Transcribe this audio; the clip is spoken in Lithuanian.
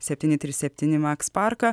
septyni trys septyni maks parką